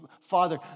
Father